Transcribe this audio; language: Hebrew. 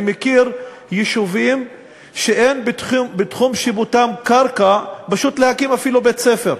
אני מכיר יישובים שאין בתחום שיפוטם קרקע אפילו פשוט להקים בית-ספר,